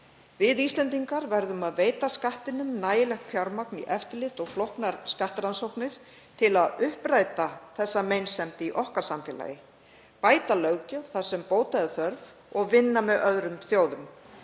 Við Íslendingar verðum að veita Skattinum nægilegt fjármagn í eftirlit og flóknar skattrannsóknir til að uppræta þessa meinsemd í samfélagi okkar, bæta löggjöf þar sem bóta er þörf og vinna með öðrum þjóðum.